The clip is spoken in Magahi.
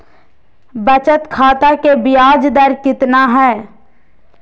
बचत खाता के बियाज दर कितना है?